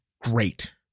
great